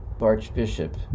Archbishop